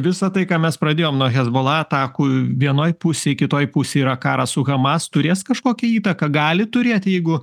visa tai ką mes pradėjome nuo hezbollah atakų vienoj pusėj kitoj pusėj yra karas su hamas turės kažkokią įtaką gali turėti jeigu